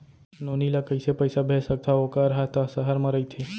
नोनी ल कइसे पइसा भेज सकथव वोकर हा त सहर म रइथे?